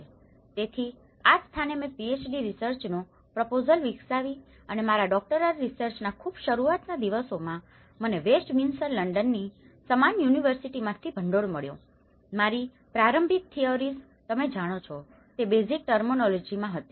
તેથી આ જ સ્થાને મેં PhD રીસર્ચનો પ્રપોઝલ વિકસાવી અને મારા ડોક્ટરલ રીસર્ચના ખૂબ શરૂઆતના દિવસોમાંમને વેસ્ટમિંસ્ટર લંડનની સમાન યુનિવર્સિટીમાંથી ભંડોળ મળ્યો મારી પ્રારંભિક થીઓરીઝ તમે જાણો છો તે બેઝીક ટર્મીનોલોજીમાં હતી